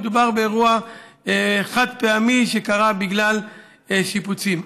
מדובר באירוע חד-פעמי שקרה בגלל שיפוצים.